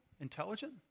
intelligent